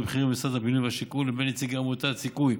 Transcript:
בכירים במשרד הבינוי והשיכון לבין נציגי עמותת סיכוי,